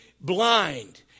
blind